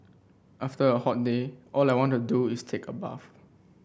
after a hot day all I want to do is take a bath